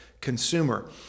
consumer